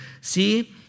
see